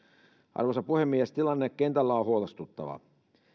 arvoisa puhemies tilanne kentällä on huolestuttava